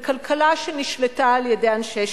בכלכלה שנשלטה על-ידי אנשי שלומנו,